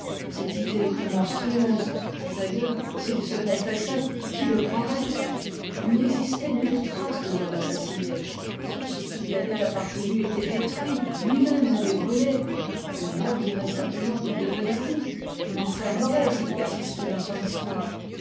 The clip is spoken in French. cette idée était monstrueuse d'ailleurs s'il se confessait qui le croirait il n'existait nulle trace de l'homme assassiné tout ce qui lui avait appartenu était détruit lui-même l'avait brûlé le monde dirait simplement qu'il devenait fou on l'enfermerait s'il persistait dans son histoire